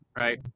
Right